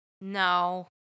no